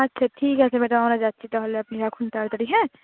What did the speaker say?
আচ্ছা ঠিক আছে ম্যাডাম আমরা যাচ্ছি তাহলে আপনি রাখুন তাড়াতাড়ি হ্যাঁ